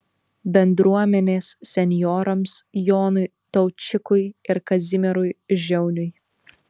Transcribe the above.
bendruomenės senjorams jonui taučikui ir kazimierui žiauniui